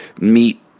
meet